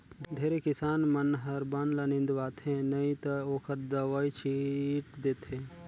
ढेरे किसान मन हर बन ल निंदवाथे नई त ओखर दवई छींट थे